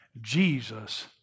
Jesus